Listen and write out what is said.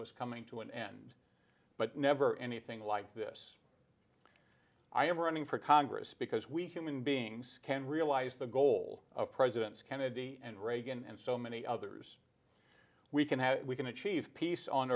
was coming to an end but never anything like this i am running for congress because we human beings can realize the goal of presidents kennedy and reagan and so many others we can how we can achieve peace on